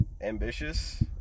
ambitious